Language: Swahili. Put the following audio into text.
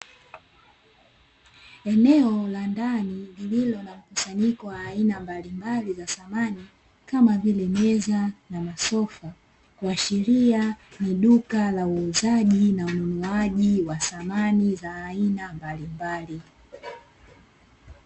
Eneo la ndani lililo na mkusanyiko wa aina mbalimbali za samani, kama vile meza na masofa, kuashiria ni duka la uuzaji na ununuaji wa samani za aina mbalimbali.